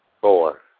four